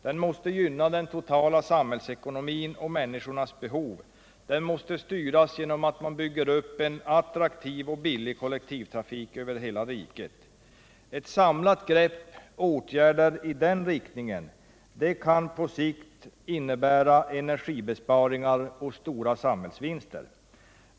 Den måste gynna — Nr 110 den totala samhällsekonomin och människornas behov. Den måste styras Onsdagen den genom att man bygger upp en attraktiv och billig kollektivtrafik över hela 5 april 1978 riket. Ett samlat grepp och åtgärder i den riktningen kan på sikt innebära energibesparingar och stora samhällsvinster.